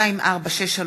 מאיר כהן,